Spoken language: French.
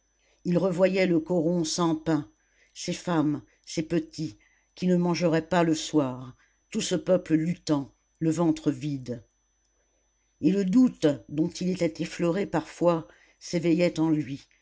il revoyait le coron sans pain ces femmes ces petits qui ne mangeraient pas le soir tout ce peuple luttant le ventre vide et le doute dont il était effleuré parfois s'éveillait en lui